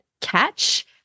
catch